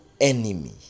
enemy